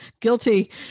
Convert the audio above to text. guilty